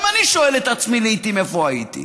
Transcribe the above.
גם אני שואל את עצמי לעיתים איפה הייתי.